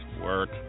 work